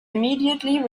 immediately